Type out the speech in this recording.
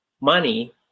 money